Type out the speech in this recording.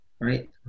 Right